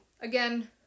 again